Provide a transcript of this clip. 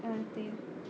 ah 对